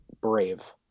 Brave